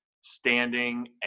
standing